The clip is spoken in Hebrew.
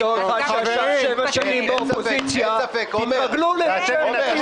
בתור אחד שישב שבע שנים באופוזיציה, תתרגלו לזה.